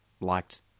liked